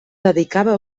dedicava